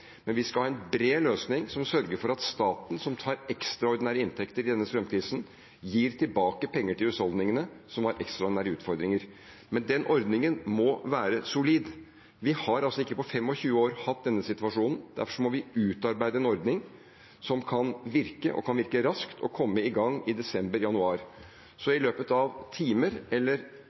Vi skal ha en bred løsning som sørger for at staten, som tar ekstraordinære inntekter i denne strømkrisen, gir tilbake penger til husholdningene, som har ekstraordinære utfordringer, men den ordningen må være solid. Vi har altså ikke på 25 år hatt denne situasjonen, derfor må vi utarbeide en ordning som kan virke og virke raskt, og komme i gang i desember/januar. I løpet av timer eller